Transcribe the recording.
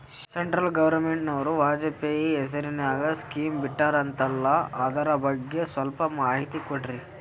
Central ಗವರ್ನಮೆಂಟನವರು ವಾಜಪೇಯಿ ಹೇಸಿರಿನಾಗ್ಯಾ scheme ಬಿಟ್ಟಾರಂತಲ್ಲ ಅದರ ಬಗ್ಗೆ ಸ್ವಲ್ಪ ಮಾಹಿತಿ ಕೊಡ್ರಿ?